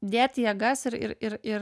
dėt jėgas ir ir ir